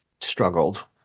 struggled